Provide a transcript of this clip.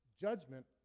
Judgment